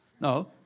No